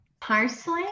Parsley